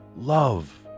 Love